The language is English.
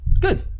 good